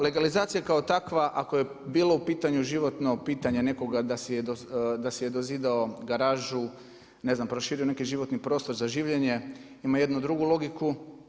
Legalizacija kao takva ako je bilo u pitanju životno pitanje nekoga da si je dozidao garažu, ne znam proširio neki životni prostor za življenje ima jednu drugu logiku.